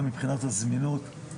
גם מבחינת הזמינות.